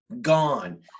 Gone